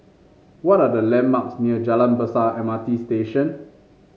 what are the landmarks near Jalan Besar M R T Station